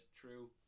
true